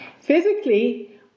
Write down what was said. Physically